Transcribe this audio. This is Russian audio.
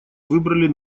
выбрали